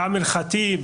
כאמל ח'טיב,